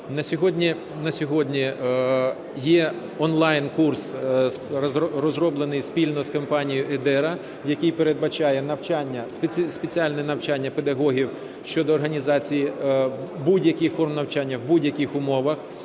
На сьогодні є онлайн-курс, розроблений спільно з компанією EdEra, який передбачає навчання, спеціальне навчання педагогів щодо організації будь-яких форм навчання в будь-яких умовах,